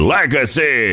Legacy